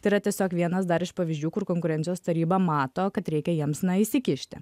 tai yra tiesiog vienas dar iš pavyzdžių kur konkurencijos taryba mato kad reikia jiems na įsikišti